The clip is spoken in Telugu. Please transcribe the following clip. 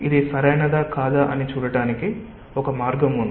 ఇది సరైనదా కాదా అని చూడటానికి ఒక మార్గం ఉంది